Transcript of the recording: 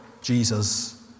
Jesus